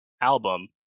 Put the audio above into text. album